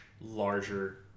larger